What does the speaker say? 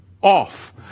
off